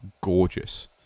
gorgeous